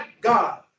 God